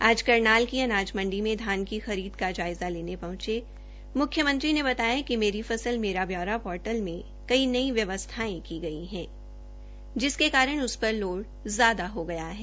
आज करनाल में अनाज मंडी में धान की जायज़ा लेने पहंचे मुख्यमंत्री ने बताया कि मेरी फसल मेरा ब्यौरा पोर्टल में कई नई व्यवस्थायें की गई है जिसके कारण उस पर लोड ज्यादा हो गया है